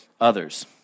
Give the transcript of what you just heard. others